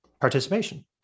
participation